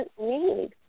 need